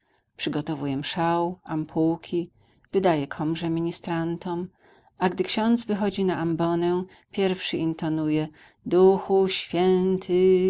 przygotowuje mszał ampułki wydaje komże ministrantom a gdy ksiądz wychodzi na ambonę pierwszy intonuje duchu święty